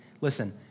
listen